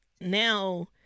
now